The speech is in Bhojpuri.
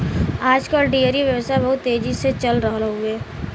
आज कल डेयरी व्यवसाय बहुत तेजी से चल रहल हौवे